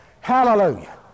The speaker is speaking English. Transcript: hallelujah